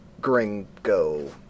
Gringo